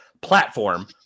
platform